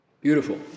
Beautiful